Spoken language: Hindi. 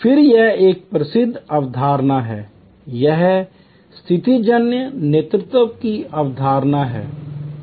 फिर यह एक और प्रसिद्ध अवधारणा है यह स्थितिजन्य नेतृत्व की अवधारणा है